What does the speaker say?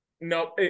no